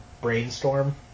Brainstorm